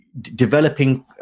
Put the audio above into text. Developing